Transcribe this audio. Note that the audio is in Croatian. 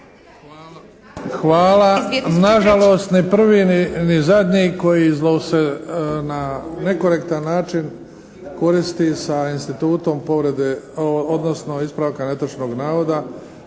Hvala. Na žalost ni prvi ni zadnji koji se na nekorektan način koristi sa institutom povrede, odnosno ispravka netočnog navoda